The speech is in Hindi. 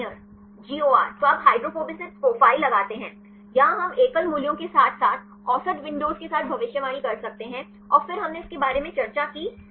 गार्नियर GOR तो आप हाइड्रोफोबिसिस प्रोफाइल लगाते हैं यहां हम एकल मूल्यों के साथ साथ औसत विंडोज के साथ भविष्यवाणी कर सकते हैं और फिर हमने इसके बारे में चर्चा की